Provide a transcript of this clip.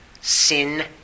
sin